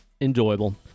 enjoyable